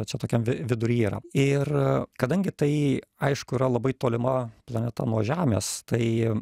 čia tokiam viduryje yra ir kadangi tai aišku yra labai tolima planeta nuo žemės tai